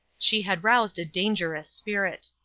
she had roused a dangerous spirit.